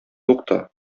тукта